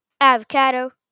avocado